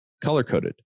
color-coded